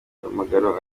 umuhamagaro